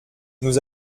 nous